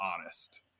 honest